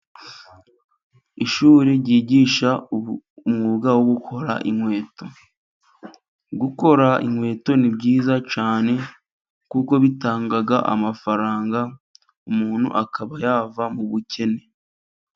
Ishuri ryigisha umwuga wo gukora inkweto . Gukora inkweto ni byiza cyane, kuko bitanga amafaranga, umuntu akaba yava mu bukene.